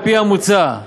על-פי המוצע,